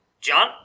John